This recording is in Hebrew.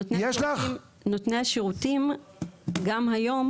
נותני השירותים גם היום,